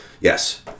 Yes